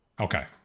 Okay